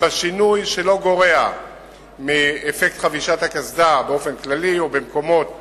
ובשינוי שלא גורע מאפקט חבישת הקסדה באופן כללי ובמקומות מוגדרים,